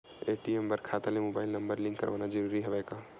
ATM बर खाता ले मुबाइल नम्बर लिंक करवाना ज़रूरी हवय का?